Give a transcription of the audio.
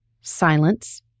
silence